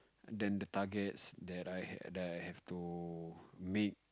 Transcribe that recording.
then the targets that I have I have to meet